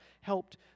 helped